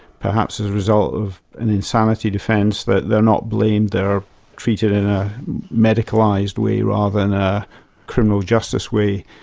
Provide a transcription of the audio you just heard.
perhaps as a result of an insanity defence that they're not blamed, they're treated in a medicalised way rather than a criminal justice way.